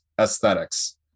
aesthetics